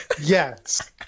Yes